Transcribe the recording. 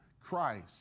Christ